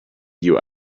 you